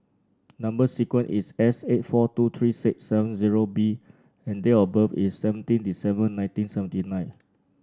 number sequence is S eight four two three six seven zero B and date of birth is seventeen December nineteen seventy nine